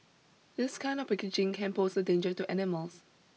this kind of packaging can pose a danger to animals